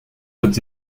autres